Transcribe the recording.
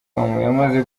yamaze